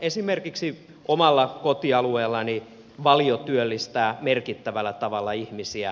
esimerkiksi omalla kotialueellani valio työllistää merkittävällä tavalla ihmisiä